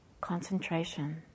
concentration